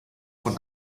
von